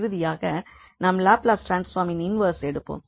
இறுதியாக நாம் லாப்லஸ் ட்ரான்ஸ்பார்மின் இன்வெர்ஸ் எடுப்போம்